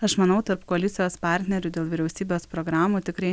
aš manau tarp koalicijos partnerių dėl vyriausybės programų tikrai